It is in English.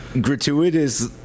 gratuitous